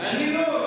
אני לא.